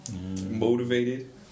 motivated